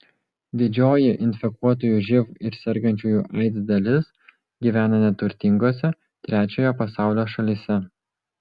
didžioji infekuotųjų živ ir sergančiųjų aids dalis gyvena neturtingose trečiojo pasaulio šalyse